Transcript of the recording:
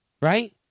Right